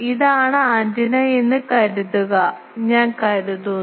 ഇതാണ് ആന്റിന എന്ന് കരുതുക ഞാൻ കരുതുന്നു